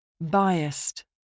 Biased